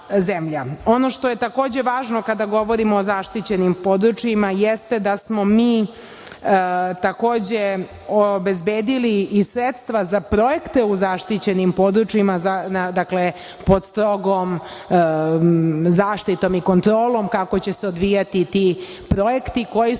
što je takođe važno kada govorimo o zaštićenim područjima jeste da smo mi takođe obezbedili i sredstva za projekte u zaštićenim područjima, dakle, pod stogom, zaštitom i kontrolom, kako će se odvijati ti projekti koji su